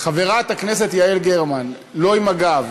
חברת הכנסת יעל גרמן, לא עם הגב.